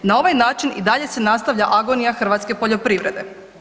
Na ovaj način i dalje se nastavlja agonija hrvatske poljoprivrede.